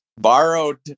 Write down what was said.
borrowed